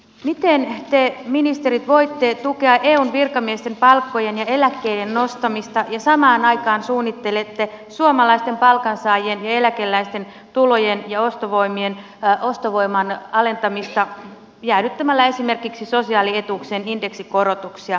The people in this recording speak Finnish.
miten te ministerit voitte tukea eun virkamiesten palkkojen ja eläkkeiden nostamista ja samaan aikaan suunnitella suomalaisten palkansaajien ja eläkeläisten tulojen ja ostovoiman alentamista jäädyttämällä esimerkiksi sosiaalietuuksien indeksikorotuksia